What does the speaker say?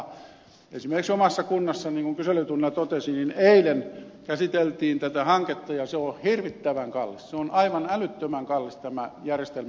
esimerkiksi omassa kunnassani niin kuin kyselytunnilla totesin eilen käsiteltiin tätä hanketta ja se on hirvittävän kallis se on aivan älyttömän kallis tämä järjestelmä